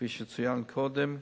כפי שצוין קודם: